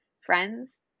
friends